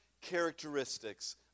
characteristics